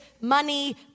money